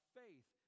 faith